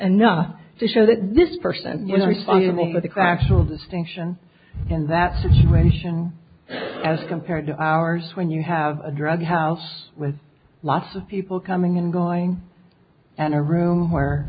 enough to show that this person you know trying to make the classroom distinction in that situation as compared to ours when you have a drug house with lots of people coming and going and a room where